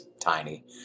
tiny